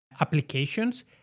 applications